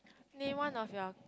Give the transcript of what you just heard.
name one of your